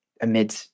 amid